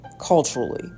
Culturally